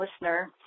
listener